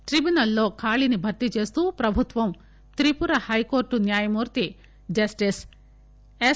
ట్రిబ్యునల్లో ఖాళీని భర్తీచేస్తూ ప్రభుత్వం త్రిపుర హైకోర్టు న్యాయమూర్తి జస్టిస్ ఎస్